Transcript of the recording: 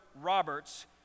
Roberts